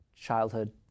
childhood